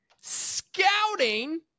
scouting